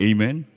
Amen